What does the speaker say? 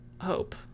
hope